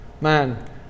man